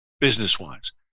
business-wise